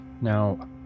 Now